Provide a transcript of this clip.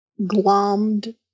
glommed